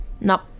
no